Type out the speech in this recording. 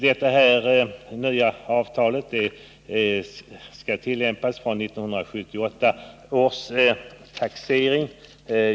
Det nya avtalet skall tillämpas fr.o.m. 1978 års taxering.